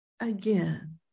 again